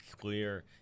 clear